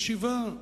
בישיבה.